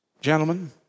gentlemen